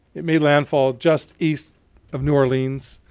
it made landfall just east of new orleans,